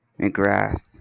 McGrath